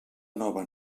nova